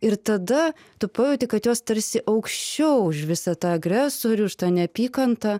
ir tada tu pajauti kad jos tarsi aukščiau už visą tą agresorių už tą neapykantą